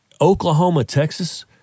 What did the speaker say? Oklahoma-Texas